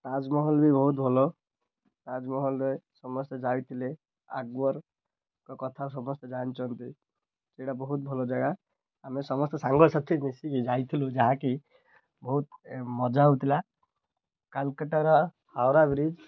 ତାଜମହଲ ବି ବହୁତ ଭଲ ତାଜମହଲରେ ସମସ୍ତେ ଯାଇଥିଲେ କଥା ସମସ୍ତେ ଜାଣିଛନ୍ତି ସେଇଟା ବହୁତ ଭଲ ଜାଗା ଆମେ ସମସ୍ତେ ସାଙ୍ଗସାଥି ମିଶିକି ଯାଇଥିଲୁ ଯାହାକି ବହୁତ ମଜା ହଉଥିଲା କୋଲକତାର ହାୱରା ବ୍ରିଜ୍